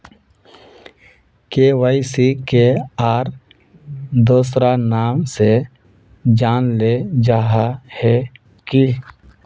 KYC के आर दोसरा नाम से जानले जाहा है की?